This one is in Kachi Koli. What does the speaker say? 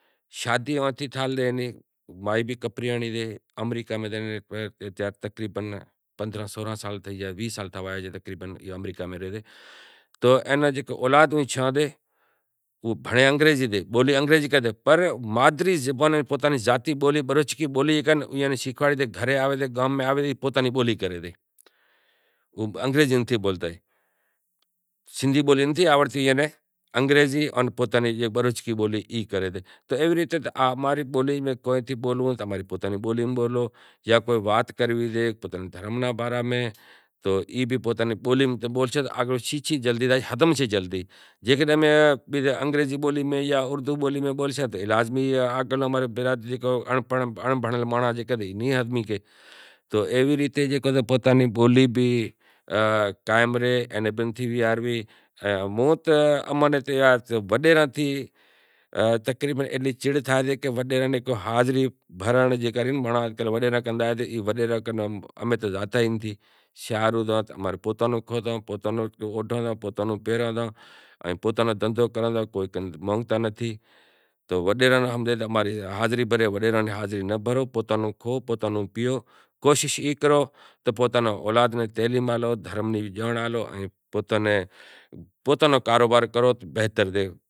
شادی ہوئے ایتھی تھیل سے مائی بھی کپریانڑی سے آمریکا میں جاں تقریبن پندرانہں سورانہں سال ویہہ سال آمریکا میں رہے رے تو اینو اولاد بھی بھنڑے انگریزی میں ریو پنڑمادری بولی بروچکی ایناں شیکھاوڑے سیں گھرے آوے کام میں آوے سے پوتانیں بولی کرے سے انگریزی نتھی بولتا۔ سندھی بولی نتھی آوڑتی ایئاں نیں۔ انگریزی انیں پوتانی بروچکی ای بولی کرے تو امیں بھی بولوں تو اماں ری پوتانی بولی میں بولو جاں کوئی وات کرنڑی سے دھرم نی باراں میں تو ای بھی آپری پوتانی بولی میں بولشو تو آگڑلو شیکھے جلدی زاشے ہمزشے جلدی۔ جے انگریزی اڑدو ہندی میں بولشے تو اماں رو انڑبھنڑیل نیں ہمزے تو موں تو وڈیراں تھیں تقریبن ایتلی چڑ تھائے تو وڈیراں نی حاضری بھرنڑ جیکا ری او امیں ناں کراں تو وڈیراں نی حاضری ناں بھرو پوتاں نو اوڈھو پوتاں نوں پہرو پوتاں نو دھرم نی جانڑ ہالو تعلیم ہالو پوتاں نو کاروبار کرو تو بہتر سے